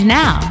now